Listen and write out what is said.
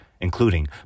including